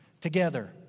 together